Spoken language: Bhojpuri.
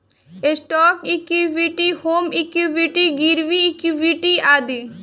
स्टौक इक्वीटी, होम इक्वीटी, गिरवी इक्वीटी आदि